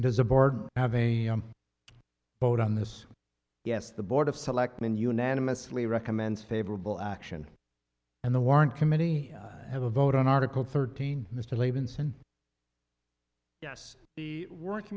board have a vote on this yes the board of selectmen unanimously recommend favorable action and the warrant committee have a vote on article thirteen mr levinson yes the work